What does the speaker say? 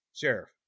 Sheriff